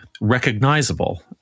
Recognizable